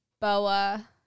boa